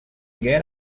get